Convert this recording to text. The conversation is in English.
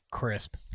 Crisp